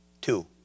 Two